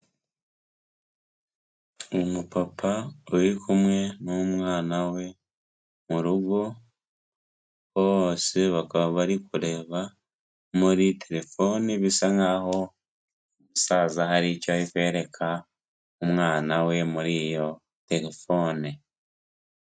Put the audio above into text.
Umupapa uri kumwe n'umwana we mu rugo, bose bakaba bari kureba muri telefoni bisa nkaho umusaza hari icyo ari kwereka umwana we muri iyo telefone.